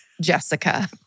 Jessica